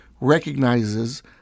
recognizes